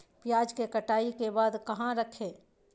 प्याज के कटाई के बाद कहा रखें?